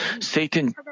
Satan